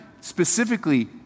specifically